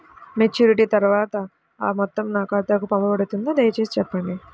Maturity తర్వాత ఆ మొత్తం నా ఖాతాకు పంపబడుతుందా? దయచేసి చెప్పండి?